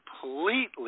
completely